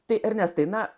tai ernestai na